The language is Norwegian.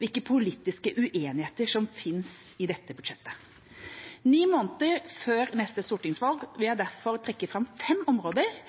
hvilke politiske uenigheter som finnes i dette budsjettet. Ni måneder før neste stortingsvalg vil jeg derfor trekke fram fem områder